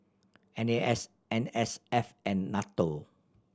N A S N S F and NATO